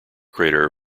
crater